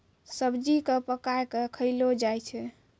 सब्जी क पकाय कॅ खयलो जाय छै